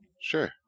Sure